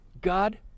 God